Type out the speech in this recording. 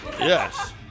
Yes